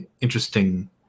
interesting